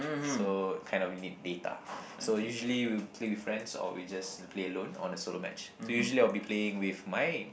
so kind of need data so usually we'll play with friends or we just play alone on a solo match so usually I'll be playing with my